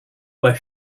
where